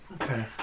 Okay